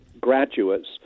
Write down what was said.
graduates